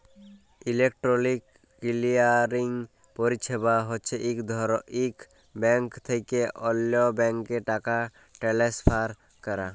electronic clearing পরিছেবা হছে ইক ব্যাংক থ্যাইকে অল্য ব্যাংকে টাকা টেলেসফার ক্যরা